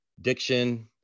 diction